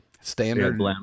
standard